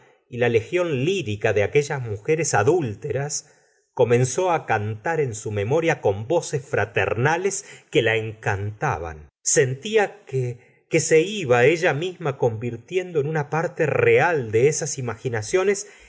y la legión lírica de aquellas mujeres adúlteras comenzó it cantar en su memoria con voces fraternales que la encantaban sentía que se iba ella misma convirtiendo en una parte real de esas imaginaciones